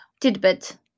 tidbit